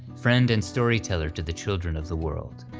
friend and story teller to the children of the world.